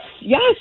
Yes